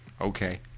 Okay